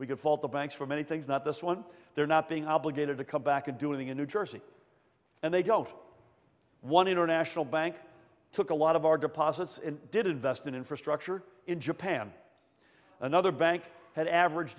we could fault the banks for many things not this one they're not being obligated to come back and doing in new jersey and they don't want international bank took a lot of our deposits and did invest in infrastructure in japan another bank had average